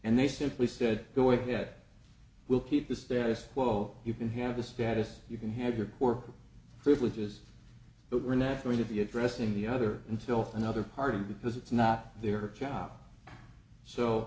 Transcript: and they simply said go ahead we'll keep the status quo you can have the status you can have your work privileges but we're not going to be addressing the other until for another part of it because it's not their job so